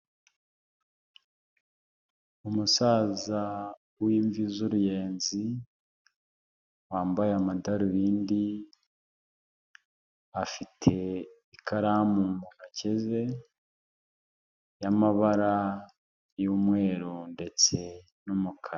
Umusaza w'imvi z'uruyenzi, wambaye amadarubindi, afite ikaramu mu ntoki ze y'amabara y'umweru ndetse n'umukara.